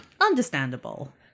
Understandable